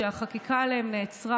שהחקיקה שליהם נעצרה,